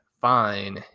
fine